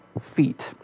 feet